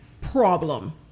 problem